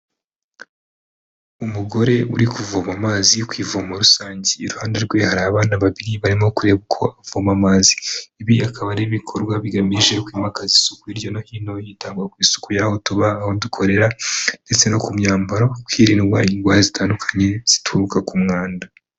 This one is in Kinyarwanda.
Umugore uri kuvoma amazi yo kuvomo rusange. Iruhande rwe hari abana babiri barimo kureba uko avoma amazi. Ibi akaba ari ibikorwa bigamije kwimakaza isuku hirya no hino hitabwa ku isuku yaho tuba, aho dukorera ndetse no ku myambaro hirindwa indwara zitandukanye zituruka ku mwanda.